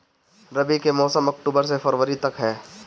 रबी के मौसम अक्टूबर से फ़रवरी तक ह